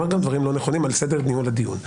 אומר דברים לא נכונים על סדר דיון לדיון.